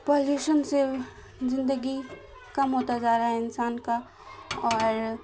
pollution سے زندگی کم ہوتا جا رہا ہے انسان کا اور